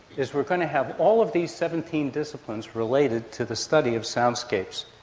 is we're going to have all of these seventeen disciplines related to the study of soundscapes.